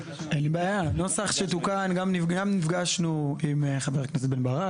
לפני שהנוסח תוקן נפגשנו גם עם חבר הכנסת בן ברק.